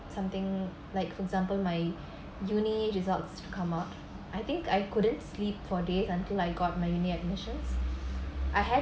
something like for example my uni results come out I think I couldn't sleep for days until I got my uni admissions I had